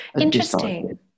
Interesting